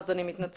אז אני מתנצלת.